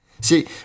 See